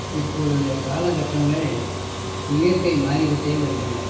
இப்பொழுது காலக்கட்டங்கள் இயற்கை மாறிக்கிட்டே வருதுங்க